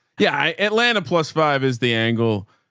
yeah. i atlanta plus five is the angle.